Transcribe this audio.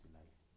life